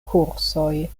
kursoj